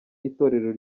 itorero